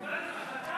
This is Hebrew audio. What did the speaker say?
קיבלתם החלטה?